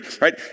right